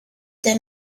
that